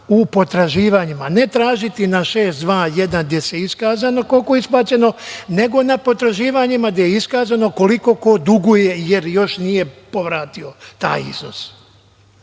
u potraživanjima, ne tražiti na 621, gde je iskazano koliko je isplaćeno, nego na potraživanjima gde je iskazano koliko ko duguje jer još nije povratio taj iznos.